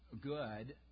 good